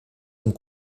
amb